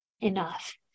enough